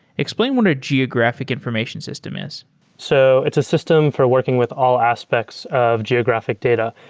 explain what a geographic information system is so it's a system for working with all aspects of geographic data,